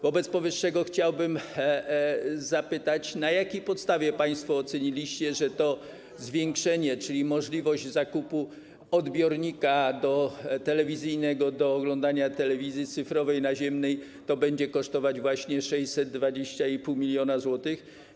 Wobec powyższego chciałbym zapytać, na jakiej podstawie państwo oceniliście, że to zwiększenie, czyli możliwość zakupu odbiornika telewizyjnego do oglądania telewizji cyfrowej naziemnej, będzie kosztować 620,5 mln zł.